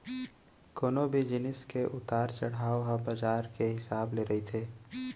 कोनो भी जिनिस के उतार चड़हाव ह बजार के हिसाब ले रहिथे